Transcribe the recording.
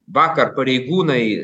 vakar pareigūnai